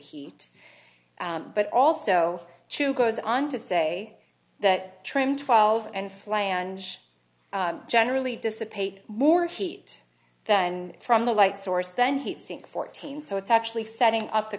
heat but also to goes on to say that trim twelve and flange generally dissipate more heat than from the light source then heat sink fourteen so it's actually setting up the